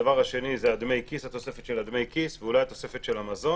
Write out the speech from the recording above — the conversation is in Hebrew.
הדבר השני זה התוספת של דמי הכיס ואולי התוספת של המזון.